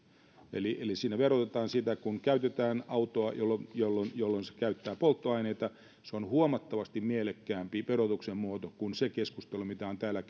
eli eli siinä verotetaan sitä kun käytetään autoa jolloin jolloin se käyttää polttoaineita se on huomattavasti mielekkäämpi verotuksen muoto kuin se keskustelu mitä on täällä